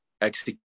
execute